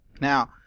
Now